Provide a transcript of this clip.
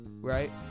right